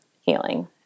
healing